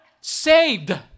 saved